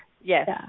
Yes